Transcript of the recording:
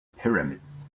pyramids